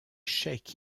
cheikh